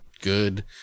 good